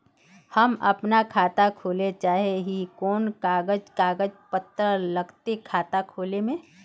हम अपन खाता खोले चाहे ही कोन कागज कागज पत्तार लगते खाता खोले में?